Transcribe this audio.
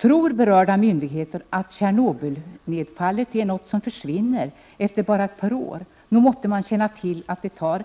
Tror berörda myndigheter att Tjernobylnedfallet är något som försvinner efter bara ett par år? Nog måtte man väl känna till att det tar